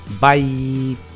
Bye